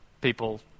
people